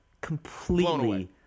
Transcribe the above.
completely